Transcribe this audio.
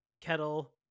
kettle